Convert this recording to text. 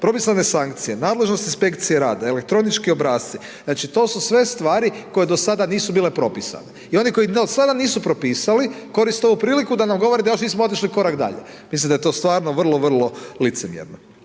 propisane sankcije, nadležnost inspekcije rada, elektronički obrasci znači to su sve stvari koje do sada nisu bile propisane i oni koji do sada nisu propisali koriste ovu priliku da nam govore da još nismo otišli korak dalje. Mislim da je to stvarno vrlo, vrlo licemjerno.